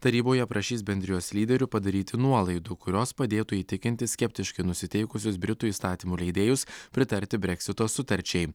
taryboje prašys bendrijos lyderių padaryti nuolaidų kurios padėtų įtikinti skeptiškai nusiteikusius britų įstatymų leidėjus pritarti breksito sutarčiai